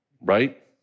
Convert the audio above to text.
Right